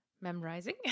memorizing